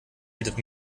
bietet